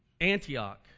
Antioch